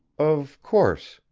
of course,